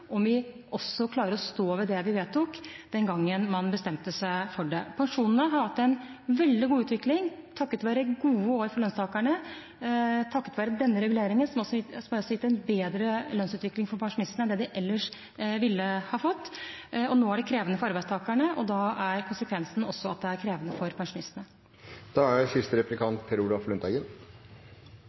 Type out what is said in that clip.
om vi også klarer å stå ved det man vedtok den gangen man bestemte seg for det. Pensjonene har hatt en veldig god utvikling takket være gode år for lønnstakerne og takket være denne reguleringen, som også har gitt en bedre lønnsutvikling for pensjonistene enn det de ellers ville ha fått. Nå er det krevende for arbeidstakerne, og da er konsekvensen også at det er krevende for